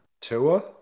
Tua